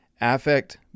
affect